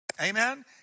Amen